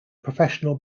professional